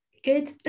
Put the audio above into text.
Good